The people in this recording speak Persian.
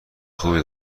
خوبی